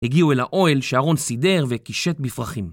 הגיעו אל האוהל שאהרון סידר וקישט בפרחים.